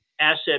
asset